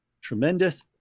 tremendous